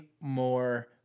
more